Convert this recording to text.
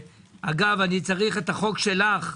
אגב, אני צריך את החוק שלך,